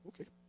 okay